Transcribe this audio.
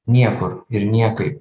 niekur ir niekaip